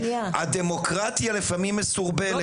הדמוקרטיה לפעמים מסורבלת,